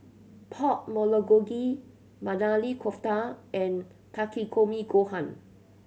Pork Bulgogi Maili Kofta and Takikomi Gohan